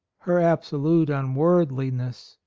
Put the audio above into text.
her absolute unworldliness,